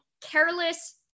careless